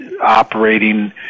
operating